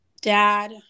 dad